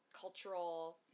cultural